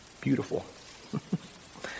Beautiful